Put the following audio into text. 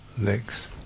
legs